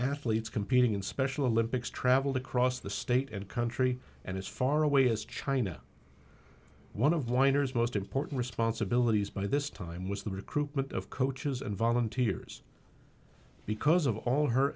athletes competing in special olympics traveled across the state and country and as far away as china one of weiner's most important responsibilities by this time was the recruitment of coaches and volunteers because of all her